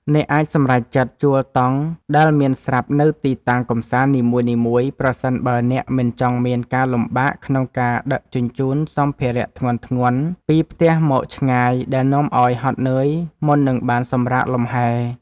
អ្នកអាចសម្រេចចិត្តជួលតង់ដែលមានស្រាប់នៅទីតាំងកម្សាន្តនីមួយៗប្រសិនបើអ្នកមិនចង់មានការលំបាកក្នុងការដឹកជញ្ជូនសម្ភារៈធ្ងន់ៗពីផ្ទះមកឆ្ងាយដែលនាំឱ្យហត់នឿយមុននឹងបានសម្រាកលម្ហែ។